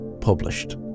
published